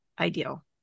ideal